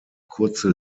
kurze